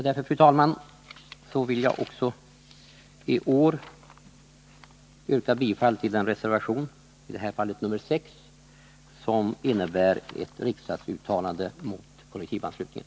Därför vill jag också i år yrka bifall till den reservation — i det här fallet nr 6 — som innebär ett riksdagsuttalande mot kollektivanslutningen.